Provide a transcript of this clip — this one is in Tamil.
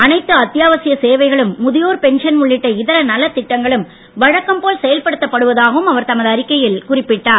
அனைத்து அத்தியாவசிய சேவைகளும் முதியோர் பென்ஷன் உள்ளிட்ட இதர நலத் திட்டங்களும் வழக்கம்போல் செயல்படுத்தப் படுவதாகவும் அவர் தமது அறிக்கையில் குறிப்பிட்டார்